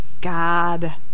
God